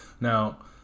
Now